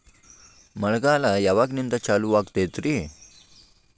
ಮಳೆಗಾಲ ಯಾವಾಗಿನಿಂದ ಚಾಲುವಾಗತೈತರಿ?